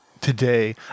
today